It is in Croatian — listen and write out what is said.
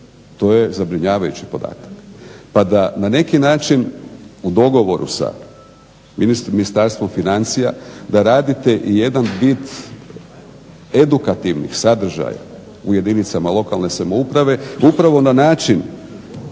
To je zabrinjavajući podatak. Pa da na neki način u dogovoru sa Ministarstvom financija da radite i jedan vid edukativnih sadržaja u jedinicama lokalne samouprave upravo na način,